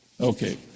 Okay